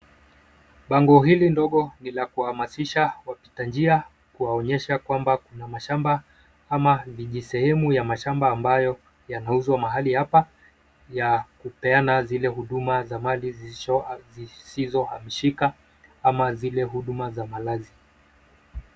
Bango hili ndogo ni la kuhamasisha wapitanjia kuwaonesha kwamba kuna mashamba ama vijisehemu ya mashamba ambayo yanauzwa mahali hapa ya kupeana zile huduma za mali zisizohamishika ama zile huduma za malazi.